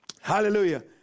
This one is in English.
Hallelujah